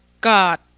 God